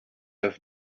have